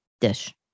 dish